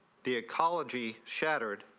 the ecology shattered.